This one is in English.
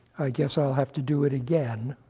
i guess i'll have to do it again.